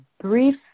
brief